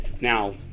Now